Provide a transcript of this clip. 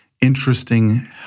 interesting